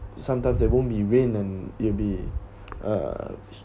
sometimes there won't be rain and it'll be uh